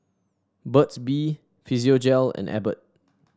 Burt's Bee Physiogel and Abbott